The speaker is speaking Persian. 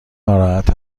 ناراحت